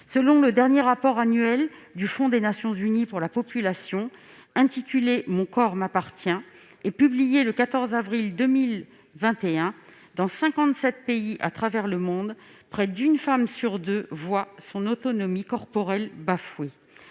Selon le dernier rapport annuel du Fonds des Nations unies pour la population (FNUAP), intitulé et publié le 14 avril 2021 dans 57 pays à travers le monde, près d'une femme sur deux voit son autonomie corporelle bafouée.